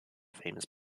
famous